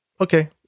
Okay